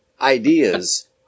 ideas